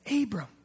Abram